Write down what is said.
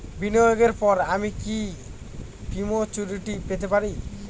বিনিয়োগের পর আমি কি প্রিম্যচুরিটি পেতে পারি?